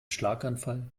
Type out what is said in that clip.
schlaganfall